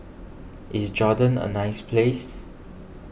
is Jordan a nice place